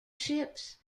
ships